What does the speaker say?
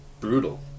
brutal